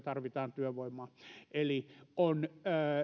tarvitaan työvoimaa eli on